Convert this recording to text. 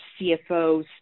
CFOS